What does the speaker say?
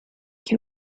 can